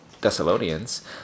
Thessalonians